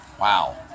Wow